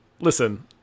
Listen